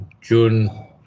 June